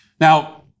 Now